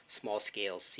small-scale